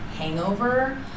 hangover